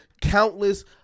countless